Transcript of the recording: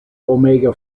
omega